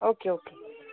okay okay